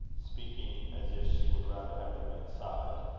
speaking as if she would rather have remained silent,